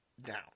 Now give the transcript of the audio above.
down